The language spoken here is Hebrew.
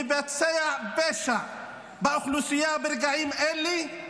מבצע פשע באוכלוסייה ברגעים אלה.